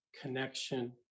connection